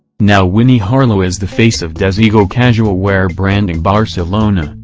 now winnie harlow is the face of desigual casual wear brand in barcelona,